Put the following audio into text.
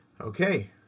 Okay